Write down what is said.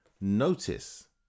notice